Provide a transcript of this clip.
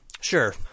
Sure